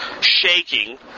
shaking